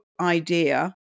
idea